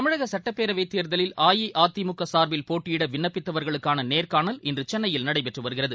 தமிழகசட்டப்பேரவைத் தேர்தலில் அஇஅதிமுகசா்பில் போட்டியிடவிண்ணப்பித்தவர்களுக்கானநோகாணல் இன்றுசென்னையில் நடைபெற்றுவருகிறது